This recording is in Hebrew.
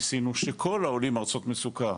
ניסינו שכל העולים מארצות מצוקה,